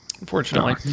Unfortunately